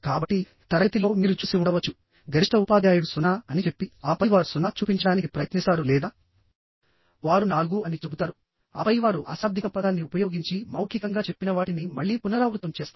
కాబట్టి తరగతిలో మీరు చూసి ఉండవచ్చు గరిష్ట ఉపాధ్యాయుడు 0 అని చెప్పి ఆపై వారు 0 చూపించడానికి ప్రయత్నిస్తారు లేదా వారు 4 అని చెబుతారు ఆపై వారు అశాబ్దిక పదాన్ని ఉపయోగించి మౌఖికంగా చెప్పిన వాటిని మళ్ళీ పునరావృతం చేస్తారు